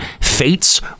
Fates